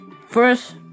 First